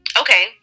Okay